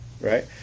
right